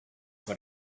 what